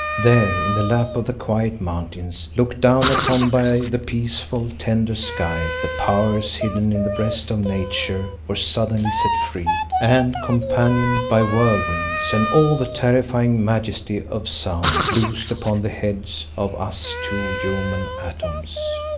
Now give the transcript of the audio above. there in the lap of the quiet mountains, looked down upon by the peaceful, tender sky, the powers hidden in the breast of nature were suddenly set free, and, companioned by whirlwinds and all the terrifying majesty of sound, loosed upon the heads of us two human atoms.